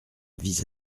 vise